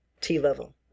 T-level